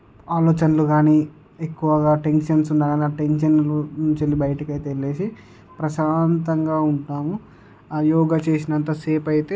ఆలోచనలు కానీ ఎక్కువగా టెన్షన్స్ ఉన్న కానీ ఆ టెన్షన్ల నుంచి వెళ్లి బయటికి అయితే వెళ్ళేసి ప్రశాంతంగా ఉంటాము యోగా చేసినంతసేపు అయితే